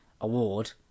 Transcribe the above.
award